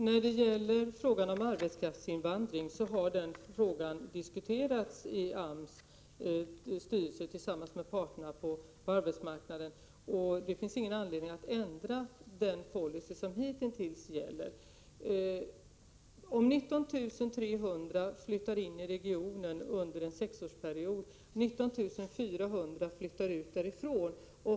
Herr talman! Frågan om arbetskraftsinvandring har diskuterats i AMS styrelse tillsammans med parterna på arbetsmarknaden. Det finns ingen anledning att ändra den policy som hitintills har gällt. Låt oss säga att 19 300 personer flyttar in i regionen under en sexårsperiod och 19 400 flyttar därifrån under samma period.